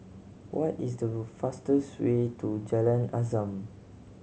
what is the fastest way to Jalan Azam